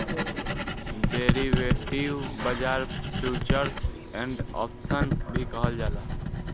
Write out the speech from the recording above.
derivative बाजार futures and option भी कहल जाला